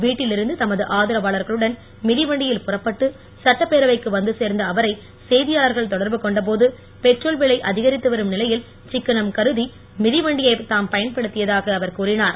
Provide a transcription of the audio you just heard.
வீட்டிலிருந்து தமது ஆதரவாளர்களுடன் மிதிவண்டியில் புறப்பட்டு சட்டப்பேரவைக்கு வந்து சேர்ந்த அவரை செய்தியாளர்கள் தொடர்பு கொண்ட போது பெட்ரோல் விலை அதிகரித்து வரும் நிலையில் சிக்கனம் கருதி மிதிவண்டிய தாம் பயன்படுத்தியதாக அவர் கூறினார்